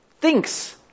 thinks